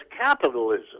capitalism